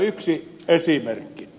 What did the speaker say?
yksi esimerkki